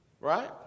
right